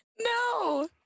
No